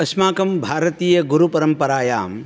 अस्माकं भारतीयगुरुपरम्परायां